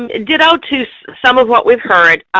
and ditto to so some of what we've heard.